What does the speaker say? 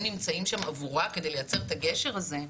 נמצאים שם עבורה כדי לייצר את הגשר הזה,